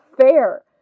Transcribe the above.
fair